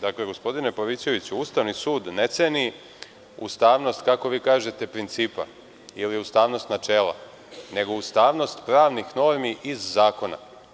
Dakle, gospodine Pavićeviću, Ustavni sud ne ceni ustavnost, kako vi kažete, principa li ustavnost načela, nego ustavnost pravnih normi iz zakona.